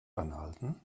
anhalten